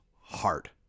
heart